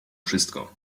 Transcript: wszystko